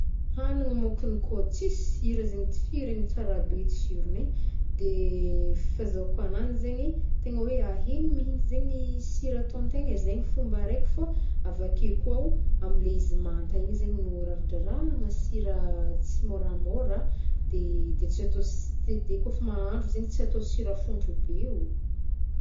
Hagning môkony koa tsisy sira zegny tsy regny tsara be tsirogny e. De fazahoakananjy zegny, tegna hoe ahegny mitsy zegny sira ataontegna zegny fomba araiky fô, avake koa ô, am le izy manta igny zegny no raradrarahana sira tsy môramôra, de- de ts atao s- tsy de kôf mahandro zegny ts atao sira fôntro be o.